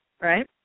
right